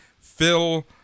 Phil